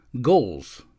goals